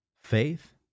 faith